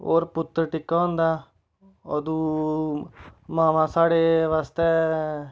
होर पुत्तर टिक्का होंदा अदूं मामां साढ़े बास्तै